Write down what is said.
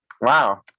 wow